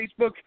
Facebook